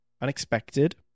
Unexpected